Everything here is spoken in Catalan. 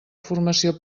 formació